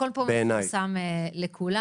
הכול פה מפורסם לכולם.